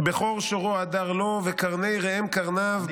"בכור שורו הדר לו וקרני ראם קרניו,